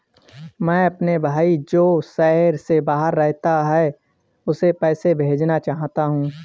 मैं अपने भाई जो शहर से बाहर रहता है, उसे पैसे भेजना चाहता हूँ